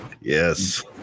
Yes